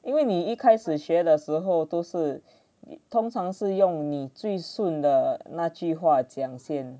因为你一开始学的时候都是你通常是用你最顺的那句话讲先